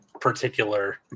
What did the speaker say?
particular